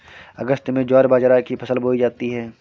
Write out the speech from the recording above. अगस्त में ज्वार बाजरा की फसल बोई जाती हैं